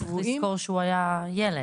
צריך לזכור שהוא היה ילד,